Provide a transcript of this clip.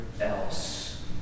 else